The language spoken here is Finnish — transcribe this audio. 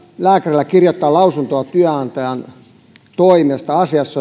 lääkärillä eturistiriita kirjoittaa lausunto työnantajan toimesta asiassa